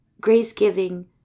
grace-giving